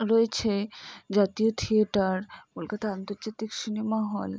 রয়েছে জাতীয় থিয়েটার কলকাতা আন্তর্জাতিক সিনেমা হল